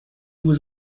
was